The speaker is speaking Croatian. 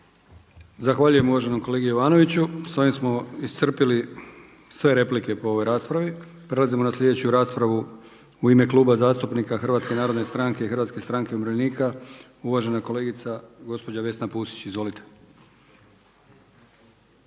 Zahvaljujem uvaženom kolegi Jovanoviću. S ovim smo iscrpili sve replike po ovoj raspravi. Prelazimo na sljedeću raspravu u ime Kluba zastupnika HNS-a i HSU-a uvažena kolegica gospođa Vesna Pusić. Izvolite.